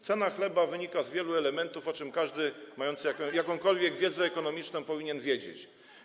Cena chleba wynika z wielu elementów, o czym każdy mający jakąkolwiek wiedzę ekonomiczną powinien wiedzieć.